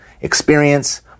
experience